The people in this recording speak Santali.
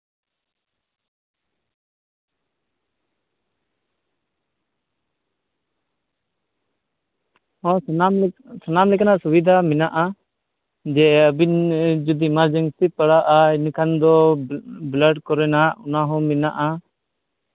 ᱚᱱᱟ ᱥᱟᱱᱟᱢ ᱥᱟᱱᱟᱢ ᱞᱮᱠᱟᱱᱟᱜ ᱥᱩᱵᱤᱫᱟ ᱦᱮᱱᱟᱜᱼᱟ ᱡᱮ ᱟᱹᱵᱤᱱ ᱡᱩᱫᱤ ᱮᱢᱟᱨᱡᱮᱱᱥᱤ ᱯᱟᱲᱟᱜᱼᱟ ᱤᱱᱟᱹᱠᱷᱟᱱ ᱫᱚ ᱵᱞᱟᱰ ᱠᱚᱨᱮᱱᱟᱜ ᱚᱱᱟ ᱦᱚᱸ ᱢᱮᱱᱟᱜᱼᱟ